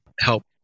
help